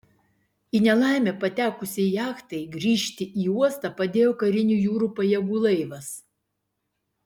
į nelaimę patekusiai jachtai grįžti į uostą padėjo karinių jūrų pajėgų laivas